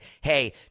hey